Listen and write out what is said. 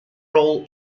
role